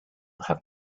have